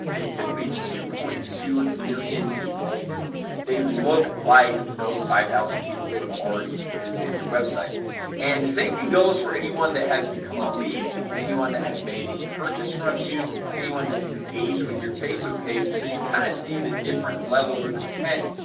it's typically two point two million people they look like those five zero people who have already visited your website and the same thing goes for anyone that has become a lead anyone that has made a purchase from you anyone that's engaged with your facebook page and so you kind of see the different levels of intent.